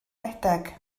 redeg